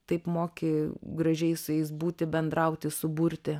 taip moki gražiai su jais būti bendrauti suburti